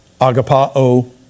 agapao